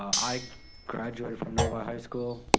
i graduated from novi high school.